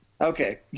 Okay